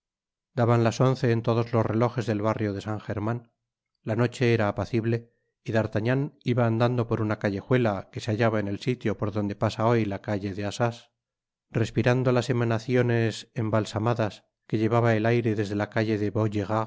daban las once en todos los relojes del barrio de san german la noche era apacible y d'artagnan iba andando por una callejuela que se hallaba en el sitio por donde pasa hoy la calle de assas respirando las emanaciones emfcalstímadas que hevaba el aire desde la calle de